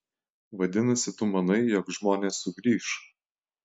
vadinasi tu manai jog žmonės sugrįš